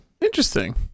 Interesting